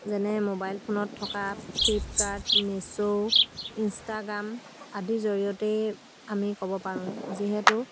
যেনে মোবাইল ফোনত থকা ফ্লিপকাৰ্ট মিচ' ইনষ্টাগ্ৰাম আদিৰ জৰিয়তেই আমি ক'ব পাৰোঁ যিহেতু